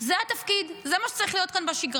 זה התפקיד, זה מה שצריך להיות כאן בשגרה.